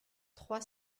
trois